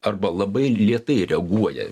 arba labai lėtai reaguoja